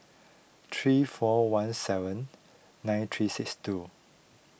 three four one seven nine three six two